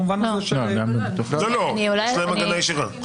לא, יש להן הגנה ישירה.